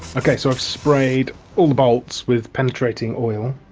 okay, so i've sprayed all bolts with penetrating oil